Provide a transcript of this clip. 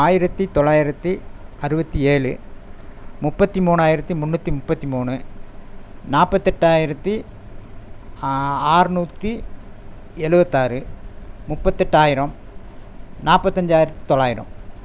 ஆயிரத்து தொளாயிரத்து அறுபத்தி ஏழு முப்பத்து மூணாயிரத்து முன்னூற்றி முப்பத்து மூணு நாற்பத்தெட்டாயிரத்தி ஆற்நூற்றி எழுபத்தாறு முப்பத்தெட்டாயிரம் நாற்பத்தஞ்சாயிரத்தி தொள்ளாயிரம்